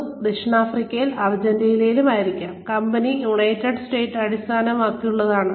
കൂടാതെ ചിലർ ദക്ഷിണാഫ്രിക്കയിലും അർജന്റീനയിലും ആയിരിക്കാം കമ്പനി യുണൈറ്റഡ് സ്റ്റേറ്റ്സ് ആസ്ഥാനമായിട്ടുള്ളതാണ്